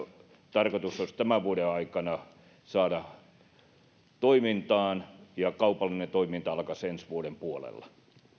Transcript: tarkoitus olisi tämän vuoden aikana saada se toimintaan ja kaupallinen toiminta alkaisi ensi vuoden puolella